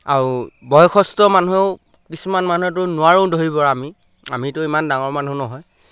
আৰু বয়সস্থ মানুহেও কিছুমান মানুহটো নোৱাৰোঁ ধৰিব আমি আমিতো ইমান ডাঙৰ মানুহ নহয়